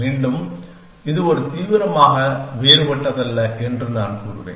மீண்டும் இது தீவிரமாக வேறுபட்டதல்ல என்று நான் கூறுவேன்